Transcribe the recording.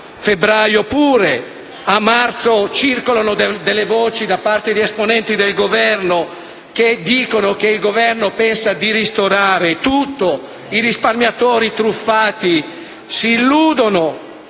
a marzo circolano voci da parte di esponenti del Governo che dicono che quest'ultimo pensa di ristorare tutto. I risparmiatori truffati si illudono.